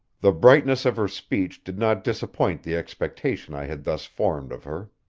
the brightness of her speech did not disappoint the expectation i had thus formed of her.